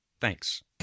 Thanks